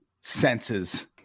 senses